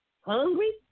hungry